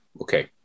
Okay